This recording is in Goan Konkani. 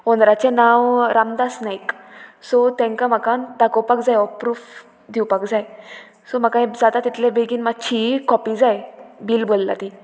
ओनराचें नांव रामदास नायक सो तेंकां म्हाका दाखोवपाक जाय हो प्रूफ दिवपाक जाय सो म्हाका जाता तितले बेगीन मात्शी कॉपी जाय बील भल्ला ती